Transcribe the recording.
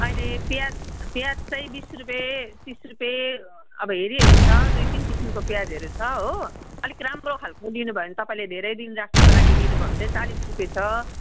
अहिले प्याज प्याज चाहिँ बिस रुपियाँ तिस रुपिया अब हेरिहेरि छ दुइ तिन किसिमको प्याजहरू छ हो अलिक राम्रो खालको लिनुभयो भने तपाईँले धेरै दिन राख्नुको लागि लिनुभयो भने चाहिँ चालिस रुपियाँ छ